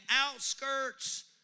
outskirts